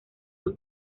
sus